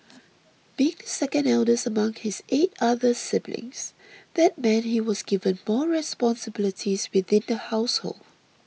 being the second eldest among his eight other siblings that meant he was given more responsibilities within the household